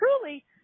truly